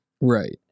right